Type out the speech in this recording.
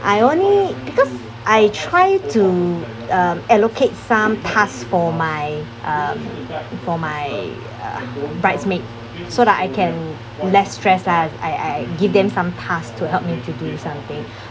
I only because I try to um allocate some tasks for my um for my uh bridesmaid so that I can less stress lah I I give them some tasks to help me to do something